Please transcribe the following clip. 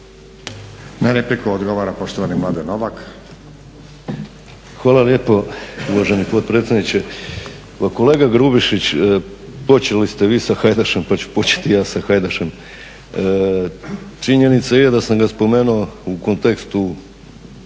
Na repliku odgovara poštovani Mladen Novak.